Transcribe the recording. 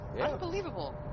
Unbelievable